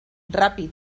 ràpid